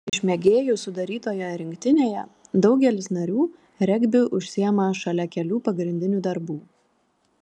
iš mėgėjų sudarytoje rinktinėje daugelis narių regbiu užsiima šalia kelių pagrindinių darbų